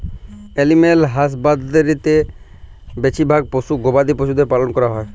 animal হাসবাঁদরিতে বেছিভাগ পোশ্য গবাদি পছুদের পালল ক্যরা হ্যয়